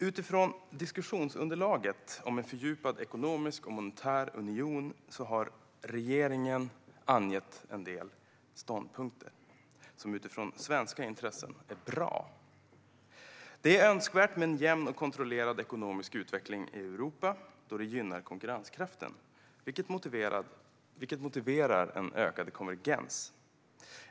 Utifrån diskussionsunderlaget om en fördjupad ekonomisk och monetär union har regeringen angett en del ståndpunkter som utifrån svenska intressen är bra. Det är önskvärt med en jämn och kontrollerad ekonomisk utveckling i Europa då det gynnar konkurrenskraften, vilket motiverar en ökad konvergens.